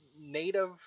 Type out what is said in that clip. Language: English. Native